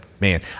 man